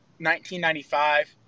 1995